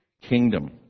kingdom